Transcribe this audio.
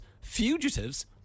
fugitives